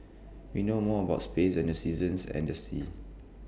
we know more about space than the seasons and the seas